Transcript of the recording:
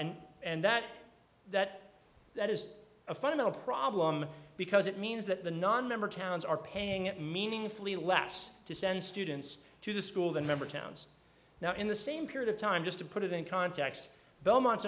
and and that that that is a fundamental problem because it means that the nonmember towns are paying at meaningfully less to send students to the school than member towns now in the same period of time just to put it in context belmont